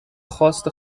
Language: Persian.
خواست